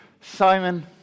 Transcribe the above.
Simon